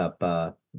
up